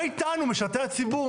מה איתנו, משרתי הציבור?